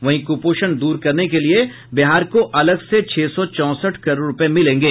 वहीं कुपोषण द्र करने के लिये बिहार को अलग से छह सौ चौंसठ करोड़ रूपये मिलेंगे